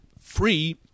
free